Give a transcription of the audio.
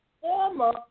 former